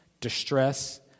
distress